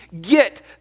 get